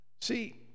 see